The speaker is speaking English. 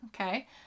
okay